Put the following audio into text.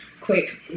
quick